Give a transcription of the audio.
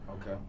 Okay